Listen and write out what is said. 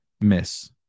miss